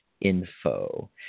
info